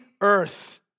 earth